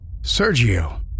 Sergio